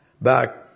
back